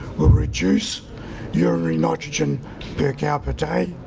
we'll reduce urinary nitrogen per cow, per day.